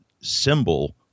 symbol